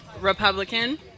Republican